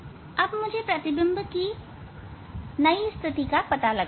अब मुझे प्रतिबिंब की नयी स्थिति का पता लगाना है